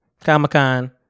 comic-con